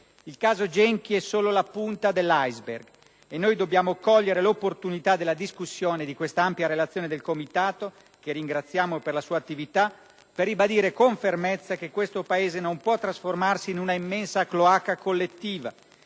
Il caso Genchi è solo la punta dell'*iceberg* e dobbiamo cogliere l'opportunità della discussione dell'ampia relazione del Comitato (che ringraziamo per la sua attività) per ribadire con fermezza che questo Paese non può trasformarsi in una immensa cloaca collettiva